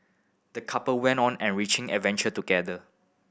the couple went on an enriching adventure together